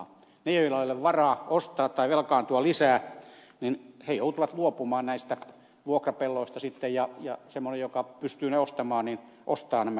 he joilla ei ole varaa ostaa tai velkaantua lisää joutuvat luopumaan näistä vuokrapelloista sitten ja semmoinen joka pystyy ne ostamaan ostaa nämä pellot